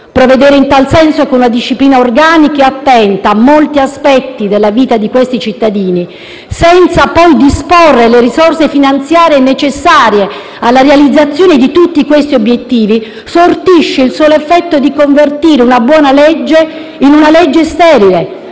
Provvedere in tal senso con una disciplina organica e attenta a molti aspetti della vita di questi cittadini senza poi disporre delle risorse finanziarie necessarie alla realizzazione di tutti questi obiettivi sortisce il solo effetto di convertire una buona legge in una legge sterile,